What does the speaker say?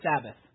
Sabbath